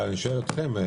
אבל אני שואל אתכם,